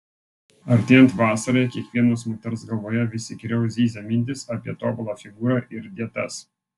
artėjant vasarai kiekvienos moters galvoje vis įkyriau zyzia mintys apie tobulą figūrą ir dietas